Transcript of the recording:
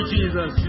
Jesus